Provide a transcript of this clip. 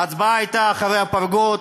ההצבעה הייתה מאחורי הפרגוד,